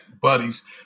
buddies